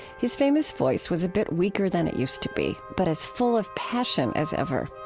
his famous voice was a bit weaker than it use to be, but as full of passion as ever.